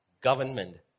Government